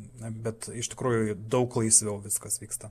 na bet iš tikrųjų daug laisviau viskas vyksta